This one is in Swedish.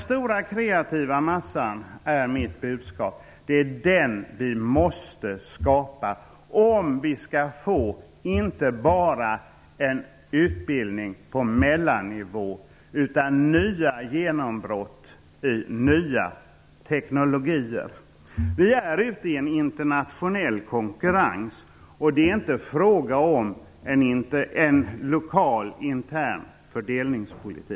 Vi måste skapa den stora kreativa massan om vi skall få inte bara en utbildning på mellannivå utan också nya genombrott inom nya tekniker. Det är mitt budskap. Vi är ute i en internationell konkurrens. Det är inte fråga om en lokal, intern fördelningspolitik.